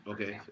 Okay